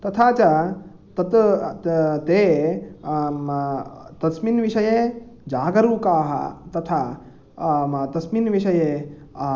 तथा च तत् ते तस्मिन् विषये जागरूकाः तथा तस्मिन् विषये